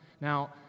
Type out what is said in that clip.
Now